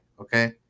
okay